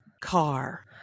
Car